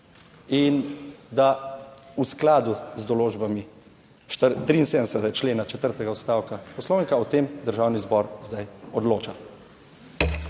in da v skladu z določbami 73. člena četrtega odstavka Poslovnika o tem Državni zbor zdaj odloča.